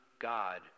God